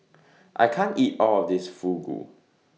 I can't eat All of This Fugu